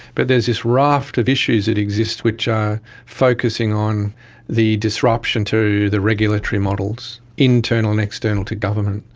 but there's this raft of issues that exist which are focusing on the disruption to the regulatory models, internal and external to government.